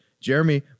Jeremy